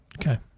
Okay